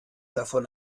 davon